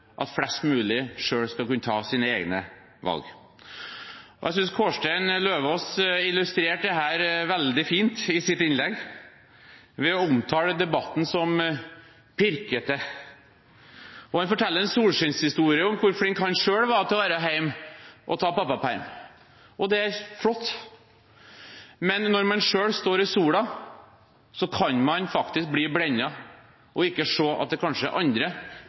at flest mulig selv skal kunne ta sine egne valg. Jeg synes Kårstein Eidem Løvaas illustrerte dette veldig fint i sitt innlegg ved å omtale debatten som pirkete. Han forteller en solskinnshistorie om hvor flink han selv var til å ta pappaperm og være hjemme, og det er flott, men når man selv står i solen, kan man faktisk bli blendet og ikke se at det kanskje er andre